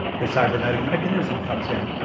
the cybernetic mechanism cuts in,